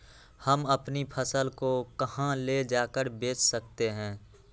हम अपनी फसल को कहां ले जाकर बेच सकते हैं?